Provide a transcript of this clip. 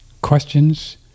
questions